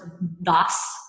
thus